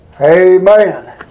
Amen